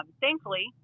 thankfully